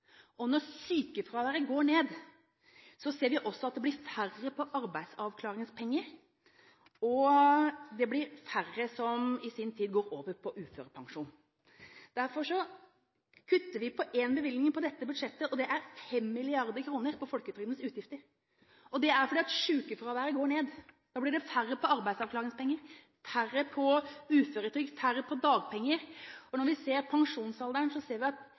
og når sykefraværet går ned, ser vi også at det blir færre på arbeidsavklaringspenger og det blir færre som i sin tid går over på uførepensjon. Derfor kutter vi på en bevilgning på dette budsjettet, og det er 5 mrd. kr på folketrygdens utgifter. Det er fordi sykefraværet går ned. Da blir det færre på arbeidsavklaringspenger, færre på uføretrygd, færre på dagpenger. Hva gjelder pensjonsalderen, ser vi at